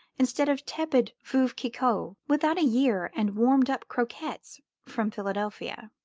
instead of tepid veuve clicquot without a year and warmed-up croquettes from philadelphia.